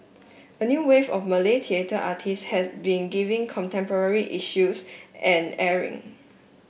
a new wave of Malay theatre artist has been giving contemporary issues an airing